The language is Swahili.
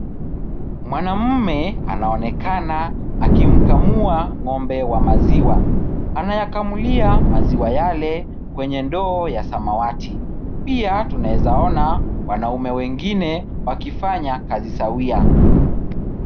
Mwanamme anaonekana akimkamua ngombe wa maziwa. Anayakamulia maziwa Yale kwenye ndoo ya samawati. pia tunaeza ona wanaume wengine wakifanya kazi sawia.